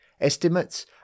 Estimates